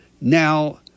Now –